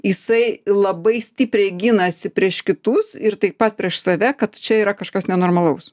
jisai labai stipriai ginasi prieš kitus ir taip pat prieš save kad čia yra kažkas nenormalaus